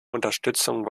unterstützung